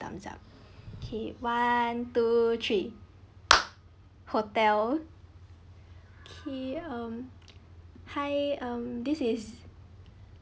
thumbs up okay one two three hotel okay um hi um this is